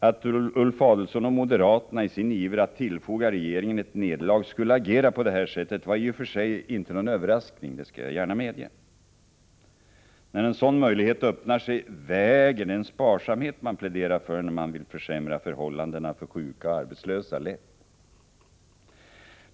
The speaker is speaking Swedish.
Att Ulf Adelsohn och moderaterna i sin iver att tillfoga regeringen ett nederlag skulle agera på det sättet var i och för sig ingen överraskning, det skall jag gärna medge. När en sådan möjlighet öppnar sig väger den sparsamhet man pläderar för när man vill försämra förhållandena för sjuka och arbetslösa lätt.